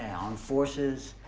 on forces,